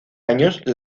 años